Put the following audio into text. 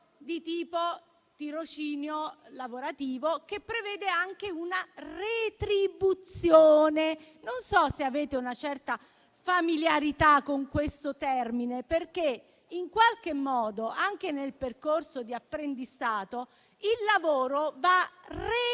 di tirocinio lavorativo che prevede anche una retribuzione. Non so se avete una certa familiarità con questo termine, perché in qualche modo anche nel percorso di apprendistato il lavoro va retribuito